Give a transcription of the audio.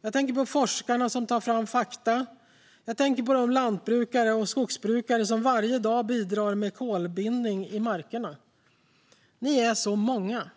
Jag tänker på forskarna som tar fram fakta, och jag tänker på de lantbrukare och skogsbrukare som varje dag bidrar med kolbindning i markerna. Ni är så många!